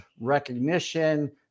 recognition